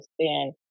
understand